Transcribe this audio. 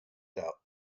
doubt